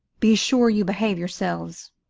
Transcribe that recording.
be sure you behave yourselves,